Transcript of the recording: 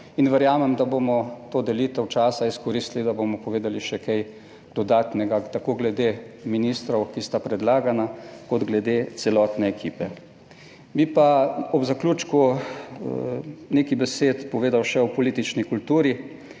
in verjamem, da bomo to delitev časa izkoristili, da bomo povedali še kaj dodatnega, tako glede ministrov, ki sta predlagana, kot glede celotne ekipe. Bi pa ob zaključku nekaj besed povedal še o politični kulturi.